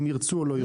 אם ירצו או לא ירצו.